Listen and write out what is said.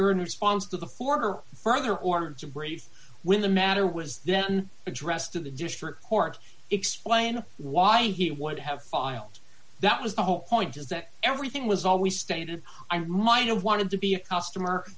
earners fons the former further order to braise when the matter was then addressed to the district court explaining why he would have filed that was the whole point is that everything was always stated i might have wanted to be a customer